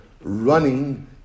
running